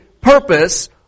purpose